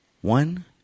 one